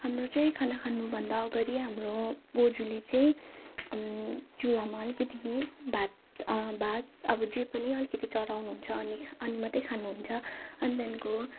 हाम्रो चाहिँ खाना खानु भन्दा अगाडि हाम्रो बोजूले चाहिँ चुलामा अलिकति भात भात अब जे पनि अलिकति चढाउनु हुन्छ अनि अनि मात्रै खानु हुन्छ अनि त्यहाँको